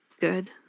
good